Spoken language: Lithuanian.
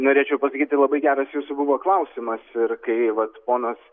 norėčiau pasakyti labai geras jūsų buvo klausimas ir kai vat ponas